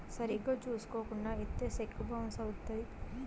సరిగ్గా చూసుకోకుండా ఇత్తే సెక్కు బౌన్స్ అవుత్తది